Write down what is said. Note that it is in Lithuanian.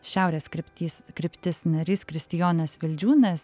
šiaurės kryptys kryptis narys kristijonas vildžiūnas